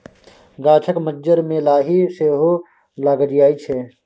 गाछक मज्जर मे लाही सेहो लागि जाइ छै